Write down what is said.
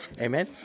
amen